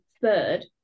third